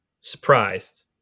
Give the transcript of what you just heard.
surprised